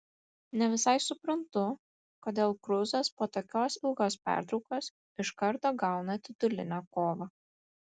ne visai suprantu kodėl kruzas po tokios ilgos pertraukos iš karto gauna titulinę kovą